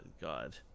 God